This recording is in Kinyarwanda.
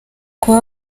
kuba